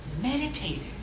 meditated